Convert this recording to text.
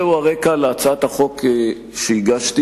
זה הרקע להצעת החוק שהגשתי,